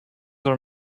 are